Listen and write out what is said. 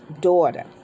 daughter